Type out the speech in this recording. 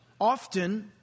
Often